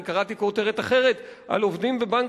אני קראתי כותרת אחרת על עובדים בבנק